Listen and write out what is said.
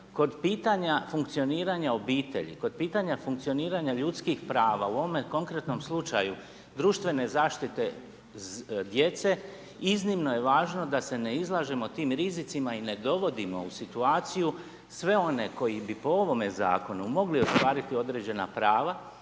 Kod pitanja funkcioniranja obitelji, kod pitanja funkcioniranja ljudskih prava, u ovome konkretnom slučaju društvene zaštite djece, iznimno je važno da se ne izlažemo tim rizicima i ne dovodimo u situaciju sve oni koji bi po ovome zakonu mogli ostvariti određena prava,